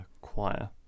choir